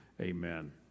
amen